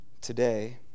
Today